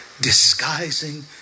disguising